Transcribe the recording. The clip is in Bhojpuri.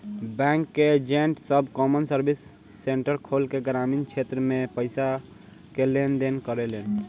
बैंक के एजेंट सब कॉमन सर्विस सेंटर खोल के ग्रामीण क्षेत्र में भी पईसा के लेन देन करेले